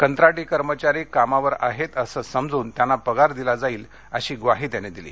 कंत्राटी कर्मचारी कामावर आहेत असं समजून त्यांना पगार दिला जाईल अशी ग्वाही त्यांनी दिली